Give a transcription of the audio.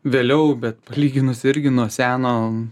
vėliau bet palyginus irgi nuo seno